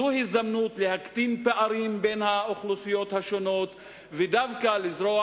זו הזדמנות להקטין פערים בין האוכלוסיות השונות ולזרוע